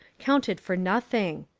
counted for nothing.